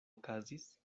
okazis